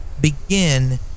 begin